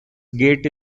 gate